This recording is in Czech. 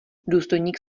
důstojník